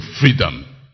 freedom